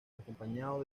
acompañado